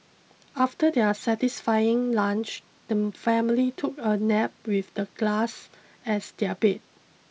after their satisfying lunch the family took a nap with the glass as their bed